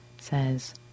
says